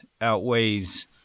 outweighs